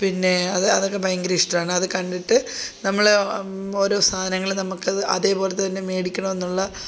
പിന്നെ അത് അതൊക്കെ ഭയങ്കര ഇഷ്ടമാണ് അതു കണ്ടിട്ട് നമ്മൾ ഓരോ സാധനങ്ങൾ നമുക്കത് അതേപോലെത്തന്നെ മേടിക്കണമെന്നുള്ള